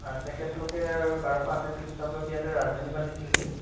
তেখেতলোকে বাৰশ আঠাইছ খ্ৰীষ্টাব্দত ইয়াতে ৰাজধানী পাতিছিলেহি